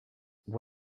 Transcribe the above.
what